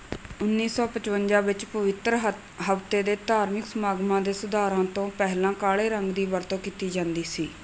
ਉੱਨੀ ਸੌ ਪਚਵੰਜਾ ਵਿੱਚ ਪਵਿੱਤਰ ਹਤ ਹਫ਼ਤੇ ਦੇ ਧਾਰਮਿਕ ਸਮਾਗਮਾਂ ਦੇ ਸੁਧਾਰਾਂ ਤੋਂ ਪਹਿਲਾਂ ਕਾਲ਼ੇ ਰੰਗ ਦੀ ਵਰਤੋਂ ਕੀਤੀ ਜਾਂਦੀ ਸੀ